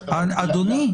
אדוני,